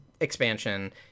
expansion